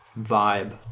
vibe